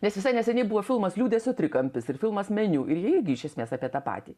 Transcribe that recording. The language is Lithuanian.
nes visai neseniai buvo filmas liūdesio trikampis ir filmas meniu ir jie irgi iš esmės apie tą patį